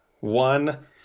one